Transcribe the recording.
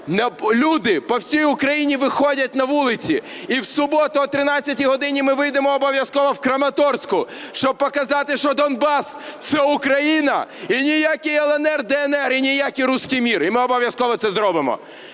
люди по всій Україні виходять на вулиці, і в суботу о 13 годині ми вийдемо обов'язково у Краматорську, щоб показати, що Донбас – це Україна, і ніякий "ДНР/ЛНР", і ніякий "руський мір", і ми обов'язково це зробимо.